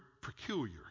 peculiar